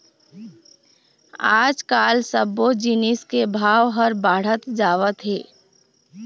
आजकाल सब्बो जिनिस के भाव ह बाढ़त जावत हे